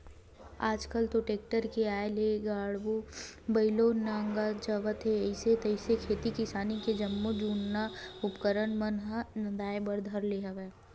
आल कल तो टेक्टर के आय ले गाड़ो बइलवो नंदात जात हे अइसे तइसे खेती किसानी के जम्मो जुन्ना उपकरन मन ह नंदाए बर धर ले हवय